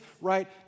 right